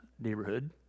neighborhood